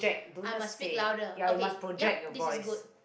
i must speak louder okay yup this is good